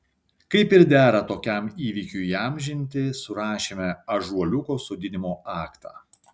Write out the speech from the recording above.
kaip ir dera tokiam įvykiui įamžinti surašėme ąžuoliuko sodinimo aktą